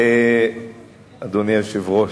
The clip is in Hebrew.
אדוני היושב-ראש,